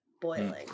boiling